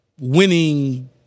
winning